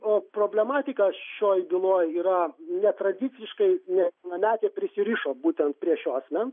o problematika šioj byloj yra netradiciškai nepilnametė prisirišo būtent prie šio asmens